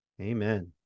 amen